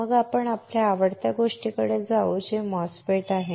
मग आपण आपल्या आवडत्या गोष्टीकडे जाऊ जे MOSFET आहे